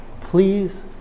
Please